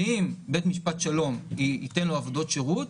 אם בית משפט השלום ייתן לו עבודות שירות,